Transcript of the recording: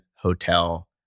hotel